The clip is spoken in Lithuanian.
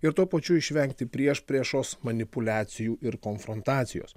ir tuo pačiu išvengti priešpriešos manipuliacijų ir konfrontacijos